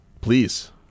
Please